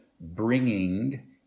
bringing